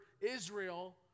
Israel